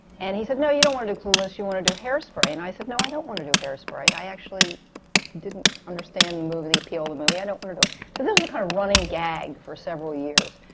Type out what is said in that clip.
and he said, no, you don't want to do clueless, you want to do hairspray. and i said, no, i don't want to do hairspray. i actually didn't understand the movie, the appeal of the movie. i don't want to do it. so this was a kind of running gag for several years.